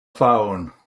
phone